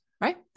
Right